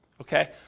Okay